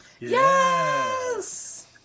Yes